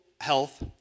health